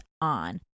on